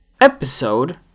episode